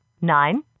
Nine